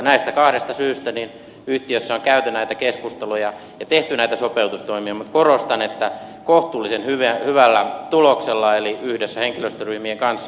näistä kahdesta syystä yhtiössä on käyty näitä keskusteluja ja tehty sopeutustoimia mutta korostan että kohtuullisen hyvällä tuloksella eli yhdessä henkilöstöryhmien kanssa